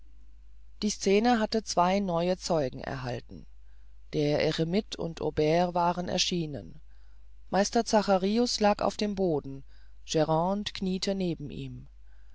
die scene hatte zwei neue zeugen erhalten der eremit und aubert waren erschienen meister zacharius lag auf dem boden grande kniete betend neben ihm